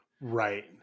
Right